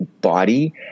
body